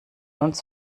uns